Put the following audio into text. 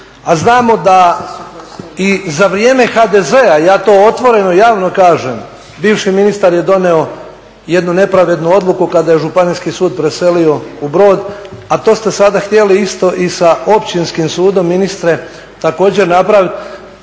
znamo da i za vrijeme HDZ-a ja to javno kažem bivši ministar je donio jednu nepravednu odluku kada je županijski sud preselio u Brod, a to ste sada htjeli isto i sa općinskim sudom ministre također napraviti.